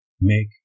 make